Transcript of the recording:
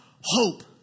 hope